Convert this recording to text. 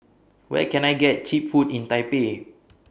Where Can I get Cheap Food in Taipei